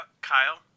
Kyle